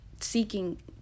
seeking